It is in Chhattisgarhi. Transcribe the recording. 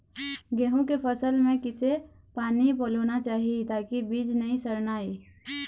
गेहूं के फसल म किसे पानी पलोना चाही ताकि बीज नई सड़ना ये?